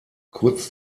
kurz